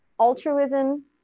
Altruism